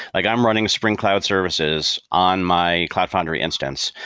like i'm running spring cloud services on my cloud foundry instance,